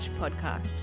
Podcast